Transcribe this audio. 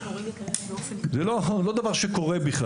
זה לא דבר שקורה.